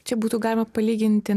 čia būtų galima palyginti